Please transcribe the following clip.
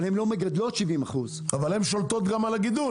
אבל הן לא מגדלות 70%. אבל הן שולטות גם על הגידול.